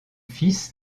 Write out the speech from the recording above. fils